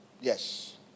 Yes